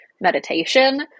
meditation